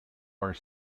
are